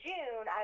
June